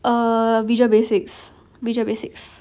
err visual basics visual basics